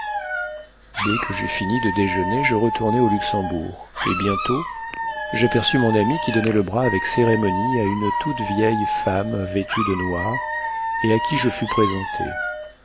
dès que j'eus fini de déjeuner je retournai au luxembourg et bientôt j'aperçus mon ami qui donnait le bras avec cérémonie à une toute vieille petite femme vêtue de noir et à qui je fus présenté